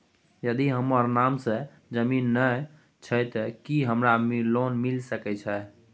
यदि हमर नाम से ज़मीन नय छै ते की हमरा लोन मिल सके छै?